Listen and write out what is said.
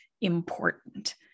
important